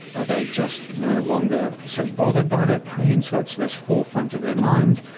are they just no longer so bothered by that pain so it's less forefront of their mind?